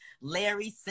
Larry